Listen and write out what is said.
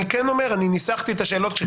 וניסחתי אותן, יכולתי